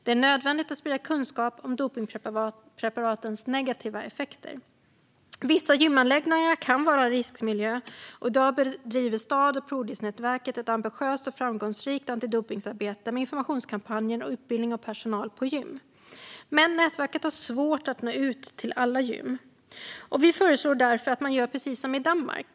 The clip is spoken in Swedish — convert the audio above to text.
Det är nödvändigt att sprida kunskap om dopningspreparatens negativa effekter. Vissa gymanläggningar kan vara en riskmiljö. I dag driver Stad och Prodisnätverket ett ambitiöst och framgångsrikt antidopningsarbete med informationskampanjer och utbildning av personal på gym. Nätverket har dock svårt att nå ut till alla gym, och vi föreslår därför att man gör precis som i Danmark.